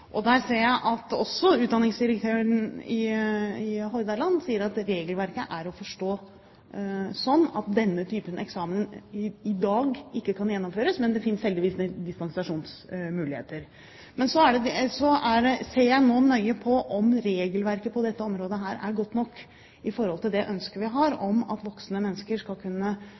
Der ser jeg at også utdanningsdirektøren i Hordaland sier at regelverket er å forstå sånn at denne typen eksamen i dag ikke kan gjennomføres, men det finnes heldigvis dispensasjonsmuligheter. Men så ser jeg nå nøye på om regelverket på dette området er godt nok i forhold til det ønsket vi har om at voksne mennesker skal kunne